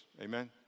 amen